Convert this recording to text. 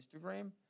Instagram